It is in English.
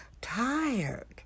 tired